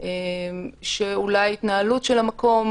שאולי ההתנהלות של המקום,